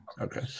Okay